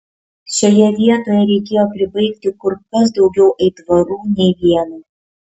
šioje vietoje reikėjo pribaigti kur kas daugiau aitvarų nei vieną